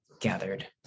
gathered